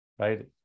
Right